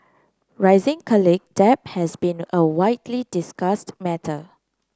rising college debt has been a widely discussed matter